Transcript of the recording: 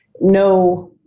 no